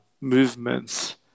movements